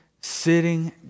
sitting